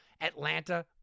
Atlanta